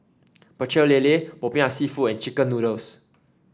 Pecel Lele popiah seafood and chicken noodles